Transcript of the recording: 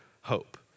hope